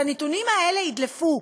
שהנתונים האלה ידלפו,